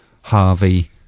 Harvey